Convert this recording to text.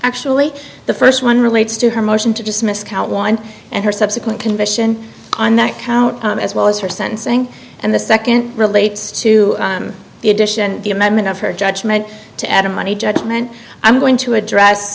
actually the first one relates to her motion to dismiss count one and her subsequent conviction on that count as well as her sentencing and the second relates to the addition the amendment of her judgment to add in money judgment i'm going to address